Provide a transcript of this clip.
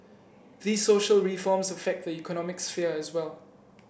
these social reforms affect the economic sphere as well